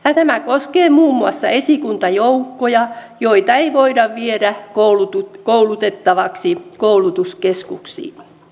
tämä koskee muun muassa esikuntajoukkoja joita ei voida viedä koulutettavaksi koulutuskeskuksiin